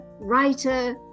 writer